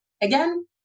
again